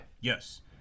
yes